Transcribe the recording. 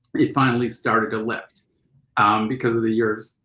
it finally started to lift because of the years